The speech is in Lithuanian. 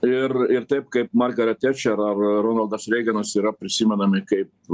ir ir taip kaip margaret tečer ar ronaldas reiganas yra prisimenami kaip